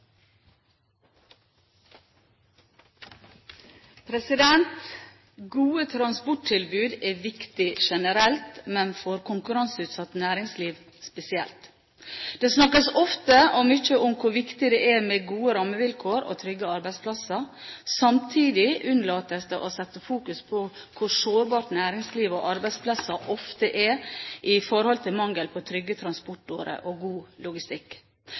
sjø. Gode transporttilbud er viktig generelt, men for konkurranseutsatt næringsliv spesielt. Det snakkes ofte og mye om hvor viktig det er med gode rammevilkår og trygge arbeidsplasser. Samtidig unnlates det å fokusere på hvor sårbart næringslivet og arbeidsplasser ofte er, knyttet til mangel på trygge transportårer og god logistikk.